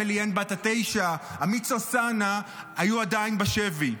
אמילי הנד בת התשע ועמית סוסנה היו עדיין בשבי.